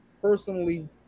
personally